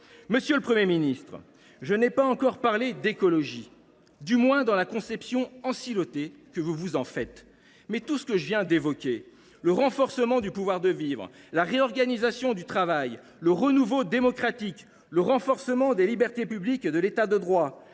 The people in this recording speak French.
Monsieur le Premier ministre, je n’ai pas encore parlé d’écologie, du moins pas selon la conception « ensilotée » que vous vous en faites. L’affermissement du pouvoir de vivre, la réorganisation du travail, le renouveau démocratique, le renforcement des libertés publiques et de l’État de droit,